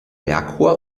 merkur